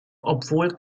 obwohl